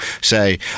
say